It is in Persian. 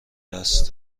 است